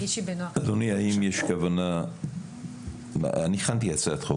אדוני, אני הכנתי הצעת חוק.